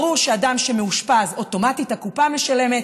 ברור שאדם שמאושפז, אוטומטית הקופה משלמת.